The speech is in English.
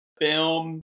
film